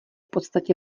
podstatě